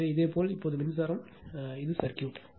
எனவே இதேபோல் இப்போது இது மின்சாரம் என்றால் இது சர்க்யூட்